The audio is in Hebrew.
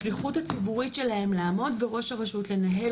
השליחות הציבורית שלהם לעמוד בראש הרשות ולנהל